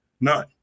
none